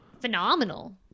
phenomenal